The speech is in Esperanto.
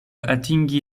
atingi